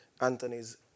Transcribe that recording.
Anthony's